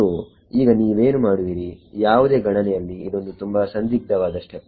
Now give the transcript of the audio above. ಸೋಈಗ ನೀವೇನು ಮಾಡುವಿರಿ ಯಾವುದೇ ಗಣನೆಯಲ್ಲಿ ಇದೊಂದು ತುಂಬಾ ಸಂದಿಗ್ಧವಾದ ಸ್ಟೆಪ್